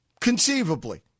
Conceivably